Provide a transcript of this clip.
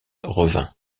revint